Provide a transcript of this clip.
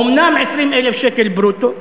אומנם 20,000 שקל ברוטו,